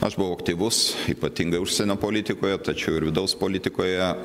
aš buvau aktyvus ypatingai užsienio politikoje tačiau ir vidaus politikoje